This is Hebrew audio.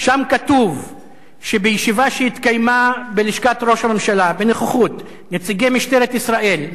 ושם כתוב שבישיבה שהתקיימה בלשכת ראש הממשלה בנוכחות נציגי משטרת ישראל,